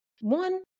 One